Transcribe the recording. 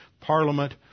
Parliament